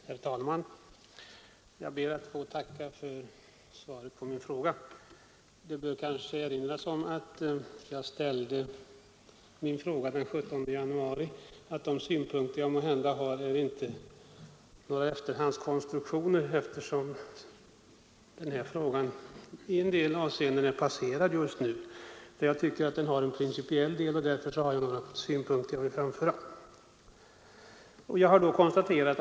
Herr talman! Jag ber att få tacka för svaret på min fråga. Eftersom det här problemet i en del avseenden tillhör ett passerat ärende bör det kanske erinras om att jag ställde frågan den 17 januari och att de synpunkter jag har inte är några efterhandskonstruktioner. Jag tycker att frågan har en principiell del och har därför några synpunkter som jag vill framföra.